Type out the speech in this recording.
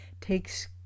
takes